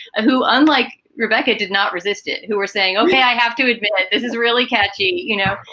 who, unlike rebecca, did not resist it, who were saying, oh, i have to admit, this is really catchy, you know.